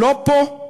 לא פה,